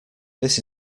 this